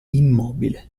immobile